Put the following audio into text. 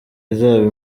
izaba